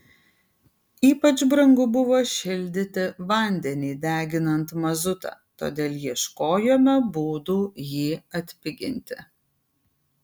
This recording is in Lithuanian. ypač brangu buvo šildyti vandenį deginant mazutą todėl ieškojome būdų jį atpiginti